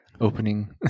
opening